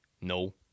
No